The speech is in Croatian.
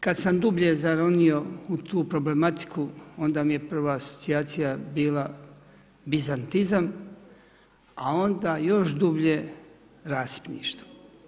Kad sam dublje zaronio u tu problematiku onda mi je prva asocijacija bila bizantizam a onda još dublje rasipništvo.